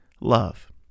love